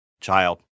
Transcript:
Child